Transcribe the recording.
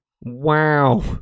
Wow